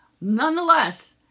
Nonetheless